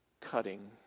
cutting